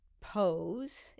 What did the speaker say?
Pose